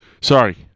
Sorry